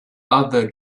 other